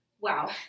Wow